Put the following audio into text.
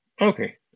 Okay